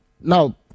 now